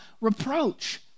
reproach